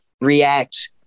react